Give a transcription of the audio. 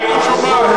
היושבת-ראש לא שומעת?